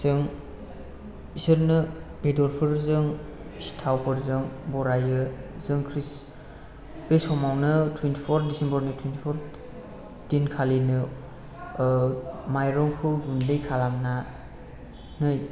जों बिसोरनो बेदरफोरजों सिथावफोरजों बरायो जों खृष्ट बे समावनो तुइतिफर दिसेम्बरनि तुइनतिफर दिन खालिनो ओह मायरंखौ गुन्दै खालामना नै